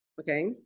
okay